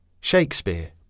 Shakespeare